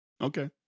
okay